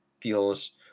feels